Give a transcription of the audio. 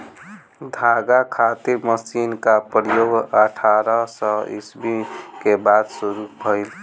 धागा खातिर मशीन क प्रयोग अठारह सौ ईस्वी के बाद शुरू भइल